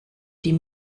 die